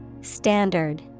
Standard